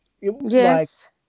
Yes